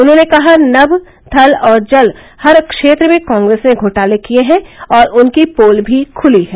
उन्होंने कहा कि नभ थल और जल हर क्षेत्र में कॉग्रेस ने घोटाले किये हैं और उनकी पोल भी खुली है